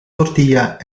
tortilla